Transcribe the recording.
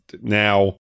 Now